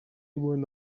went